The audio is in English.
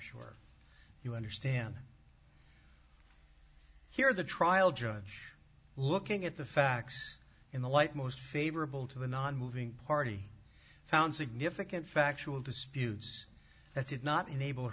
sure you understand here the trial judge looking at the facts in the light most favorable to the nonmoving party found significant factual disputes that did not enable